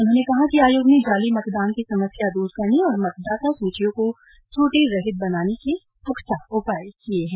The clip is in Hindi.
उन्होंने कहा कि आयोग ने जाली मतदान की समस्या दूर करने और मतदाता सूचियों को त्रुटि रहित बनाने के पुख्ता उपाय किए हैं